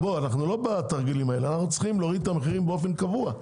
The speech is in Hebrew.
אנחנו צריכים להוריד את המחירים באופן קבוע.